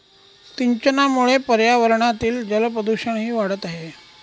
सिंचनामुळे पर्यावरणातील जलप्रदूषणही वाढत आहे